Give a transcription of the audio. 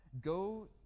Go